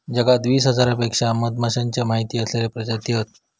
जगात वीस हजारांपेक्षा मधमाश्यांचे माहिती असलेले प्रजाती हत